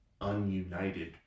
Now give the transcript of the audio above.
ununited